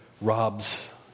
robs